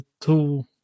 two